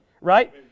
right